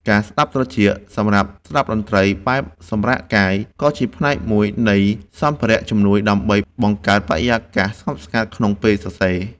កាសស្ដាប់ត្រចៀកសម្រាប់ស្ដាប់តន្ត្រីបែបសម្រាកកាយ ក៏ជាផ្នែកមួយនៃសម្ភារៈជំនួយដើម្បីបង្កើតបរិយាកាសស្ងប់ស្ងាត់ក្នុងពេលសរសេរ។